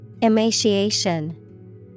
Emaciation